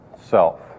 self